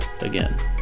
again